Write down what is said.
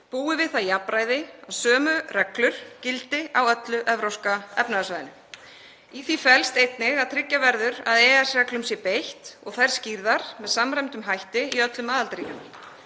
búi við það jafnræði að sömu reglur gildi á öllu Evrópska efnahagssvæðinu. Í því felst einnig að tryggja verður að EES-reglum sé beitt og þær skýrðar með samræmdum hætti í öllum aðildarríkjunum.